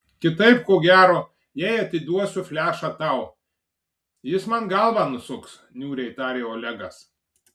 kitaip ko gero jei atiduosiu flešą tau jis man galvą nusuks niūriai tarė olegas